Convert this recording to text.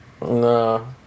No